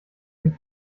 den